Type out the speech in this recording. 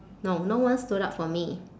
no no one stood up for me